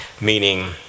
meaning